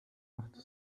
machte